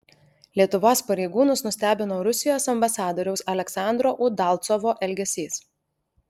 lietuvos pareigūnus nustebino rusijos ambasadoriaus aleksandro udalcovo elgesys